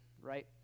Right